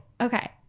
Okay